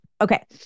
Okay